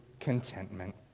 Contentment